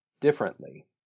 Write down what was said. differently